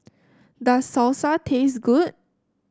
does Salsa taste good